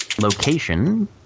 location